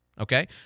okay